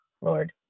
Lord